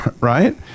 right